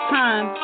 time